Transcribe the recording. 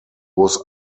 was